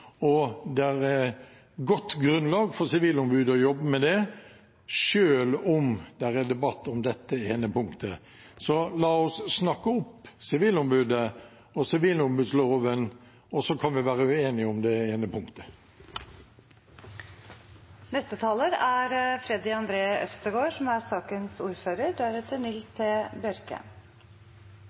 og det er et godt grunnlag for Sivilombudet for å jobbe med det, selv om det er debatt om dette ene punktet. La oss snakke opp Sivilombudet og sivilombudsloven, og så kan vi være uenige om det ene